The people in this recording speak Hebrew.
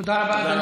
תודה רבה.